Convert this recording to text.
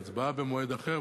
והצבעה במועד אחר,